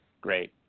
Great